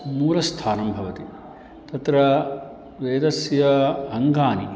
मूलस्थानं भवति तत्र वेदस्य अङ्गानि